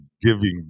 giving